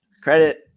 Credit